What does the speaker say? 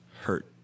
hurt